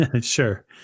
Sure